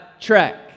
track